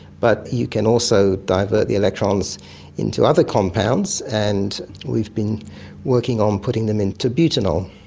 but you can also divert the electrons into other compounds, and we've been working on putting them into butanol,